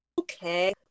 okay